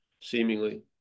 seemingly